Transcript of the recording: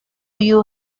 you